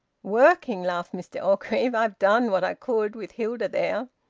working! laughed mr orgreave. i've done what i could, with hilda there!